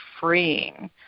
freeing